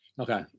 Okay